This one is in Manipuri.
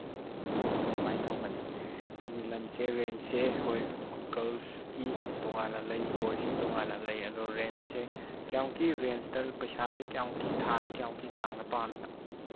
ꯑꯣ ꯁꯨꯃꯥꯏꯅ ꯇꯧꯕꯅꯦ ꯑꯩꯈꯣꯏꯒꯤ ꯂꯝꯁꯦ ꯔꯦꯟꯠꯁꯦ ꯍꯣꯏ ꯒ꯭ꯔꯜꯁꯀꯤ ꯇꯣꯉꯥꯟꯅ ꯂꯩ ꯕꯣꯏꯁꯀꯤ ꯇꯣꯉꯥꯟꯅ ꯂꯩ ꯑꯗꯣ ꯔꯦꯟꯠꯁꯦ ꯀꯌꯥꯃꯨꯛꯀꯤ ꯔꯦꯟꯁꯇ ꯄꯩꯁꯥꯁꯦ ꯀꯌꯥꯃꯨꯛꯀꯤ ꯊꯥꯗ ꯀꯌꯥꯃꯨꯛꯀꯤ ꯆꯥꯡꯗ ꯄꯥꯝꯃꯤꯅꯣ